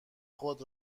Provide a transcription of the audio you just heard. خود